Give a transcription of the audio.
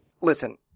Listen